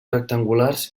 rectangulars